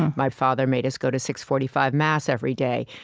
my father made us go to six forty five mass every day.